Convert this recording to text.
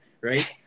right